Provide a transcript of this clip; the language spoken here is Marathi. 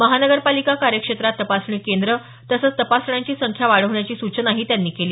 महानगरपालिका कार्यक्षेत्रात तपासणी केंद्र तसंच तपासण्यांची संख्या वाढवण्याची सूचनाही त्यांनी केली